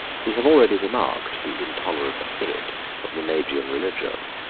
we have already remarked the intolerant spirit of the magian religion.